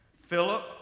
Philip